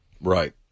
right